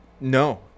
No